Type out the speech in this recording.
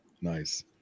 Nice